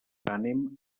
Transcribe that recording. anem